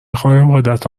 خانوادت